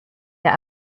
der